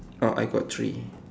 oh I got three